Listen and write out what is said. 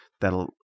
that'll